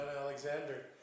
Alexander